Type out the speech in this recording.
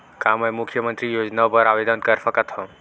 का मैं मुख्यमंतरी योजना बर आवेदन कर सकथव?